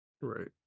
Right